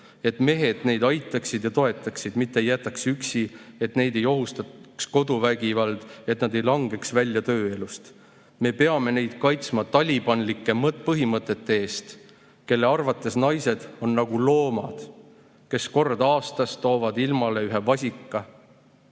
Et mehed neid aitaksid ja toetaksid, mitte ei jätaks üksi, et neid ei ohustaks koduvägivald, et nad ei langeks välja tööelust. Me peame neid kaitsma talibanlike põhimõtete eest, kelle arvates naised on nagu loomad, kes kord aastas toovad ilmale ühe vasika."